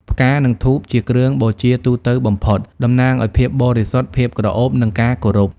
ផ្កា និងធូប ជាគ្រឿងបូជាទូទៅបំផុត តំណាងឱ្យភាពបរិសុទ្ធ ភាពក្រអូប និងការគោរព។